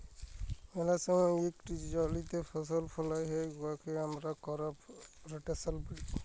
ম্যালা সময় ইকট জমিতে ফসল ফলাল হ্যয় উয়াকে আমরা করপ রটেশল ব্যলি